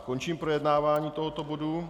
Končím projednávání tohoto bodu.